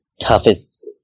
toughest